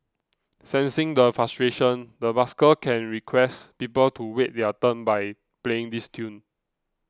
sensing the frustration the busker can request people to wait their turn by playing this tune